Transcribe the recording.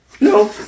No